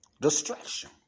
Distraction